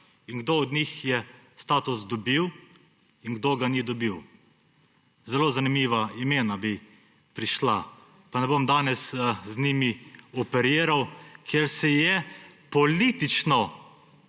in kdo od njih je status dobil in kdo ga ni dobil. Zelo zanimiva imena bi prišla, pa ne bom danes z njimi operiral. Ker se je politično